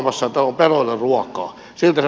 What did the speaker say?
siltä se vähän tuntuu